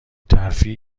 ترفیع